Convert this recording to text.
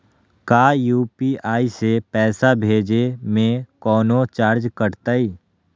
का यू.पी.आई से पैसा भेजे में कौनो चार्ज कटतई?